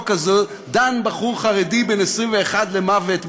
הזו דן בחור חרדי בן 21 למוות באשדוד.